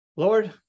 Lord